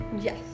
Yes